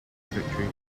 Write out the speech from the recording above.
victory